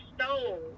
stole